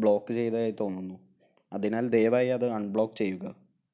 block ചെയ്തതായി തോന്നുന്നു അതിനാൽ ദയവായി അത് അൺബ്ലോക്ക് ചെയ്യുക